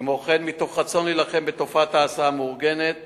כמו כן, מתוך רצון להילחם בתופעת ההסעה המאורגנת